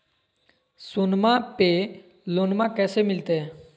सोनमा पे लोनमा कैसे मिलते?